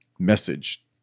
message